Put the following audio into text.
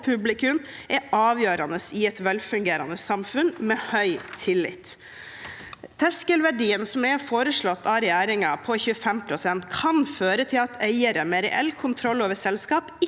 publikum er avgjørende i et velfungerende samfunn med høy tillit. Terskelverdien på 25 pst. som er foreslått av regjeringen, kan føre til at eiere med reell kontroll over selskapet